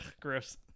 gross